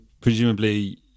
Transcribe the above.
presumably